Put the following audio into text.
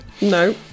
No